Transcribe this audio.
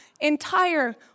entire